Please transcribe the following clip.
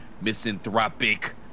misanthropic